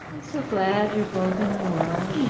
i'm so glad you're both in the world.